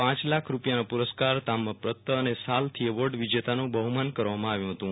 પાંચ લાખનો પુરસ્કાર તામ્રપત્ર અને શાલથી એવોર્ડ વિજેતાનું બહ્માન કરવામાં આવ્યું હતું